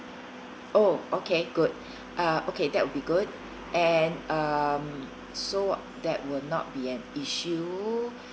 oh okay good uh okay that would be good and um so that will not be an issue